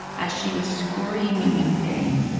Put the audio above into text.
as she was screaming in pain,